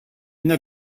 una